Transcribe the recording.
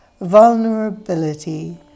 vulnerability